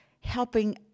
helping